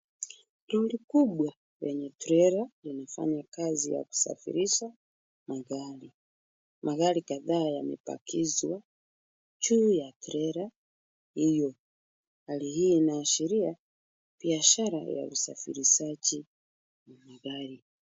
Lori kubwa lenye trela inafanya kazi ya kusafirisha magari. Magari kadhaa yamepakizwa juu ya trela hiyo. Hali hii inaashiria biashara ya usafirishaji wa magari.